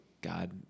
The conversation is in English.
God